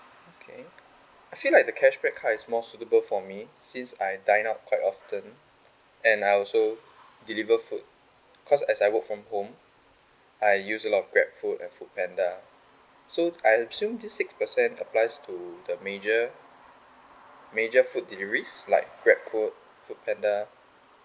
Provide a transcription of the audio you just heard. okay I feel like the cashback card is more suitable for me since I dine out quite often and I also deliver food cause as I work from home I use a lot of grabfood and foodpanda so I assume this six percent applies to the major major food deliveries like grabfood foodpanda